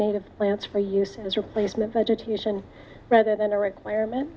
native plants for use as replacement for education rather than a requirement